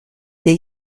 they